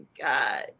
God